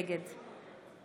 נגד